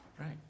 Right